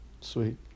Sweet